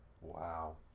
Wow